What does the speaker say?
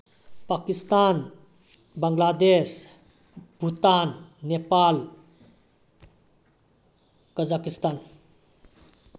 Pakistan Bangladesh Bhutan Nepal Kazakhstan